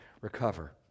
recover